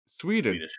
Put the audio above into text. Sweden